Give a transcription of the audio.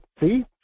See